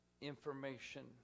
information